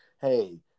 hey